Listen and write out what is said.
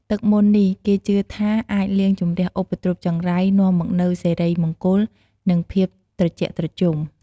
ទឹកមន្តនេះគេជឿថាអាចលាងជម្រះឧបទ្រពចង្រៃ នាំមកនូវសិរីមង្គល និងភាពត្រជាក់ត្រជុំ។